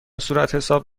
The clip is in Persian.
صورتحساب